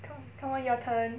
come come on your turn